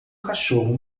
cachorro